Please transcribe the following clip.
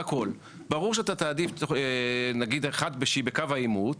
ברור שאתה תעדיף נגיד אחת שהיא בקו העימות,